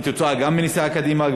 עקב נסיעה קדימה,